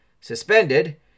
suspended